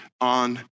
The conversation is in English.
on